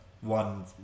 one